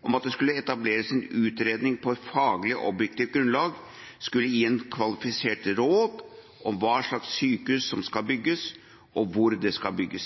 om at det skulle etableres en utredning som på faglig og objektivt grunnlag skulle gi et kvalifisert råd om hva slags sykehus som skulle bygges, og hvor det skulle bygges.